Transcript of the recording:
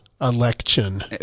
Election